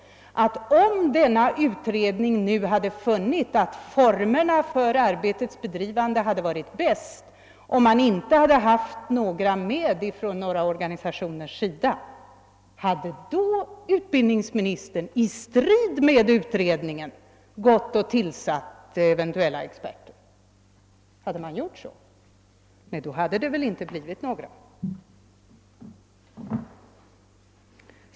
Om utredningen hade funnit att arbetet hade bedrivits bäst om man inte haft med några representanter för organisationerna, hade utbildningsministern då i strid med utredningen tillsatt eventuella experter? Det är väl ändå så att det i ett sådant fall inte hade kommit med några experter.